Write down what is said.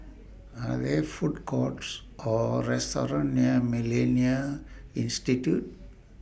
Are There Food Courts Or restaurants near Millennia Institute